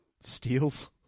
steals